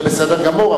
זה בסדר גמור,